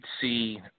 see